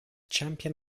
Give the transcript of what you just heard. champion